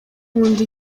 nkunda